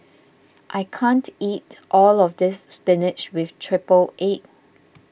I can't eat all of this Spinach with Triple Egg